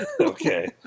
Okay